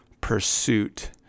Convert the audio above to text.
pursuit